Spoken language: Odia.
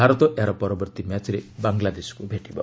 ଭାରତ ଏହାର ପରବର୍ତ୍ତୀ ମ୍ୟାଚ୍ରେ ବାଙ୍ଗଲାଦେଶକୁ ଭେଟିବ